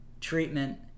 Treatment